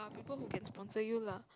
people who can sponsor you lah